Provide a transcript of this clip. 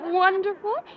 Wonderful